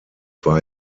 war